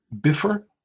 Biffer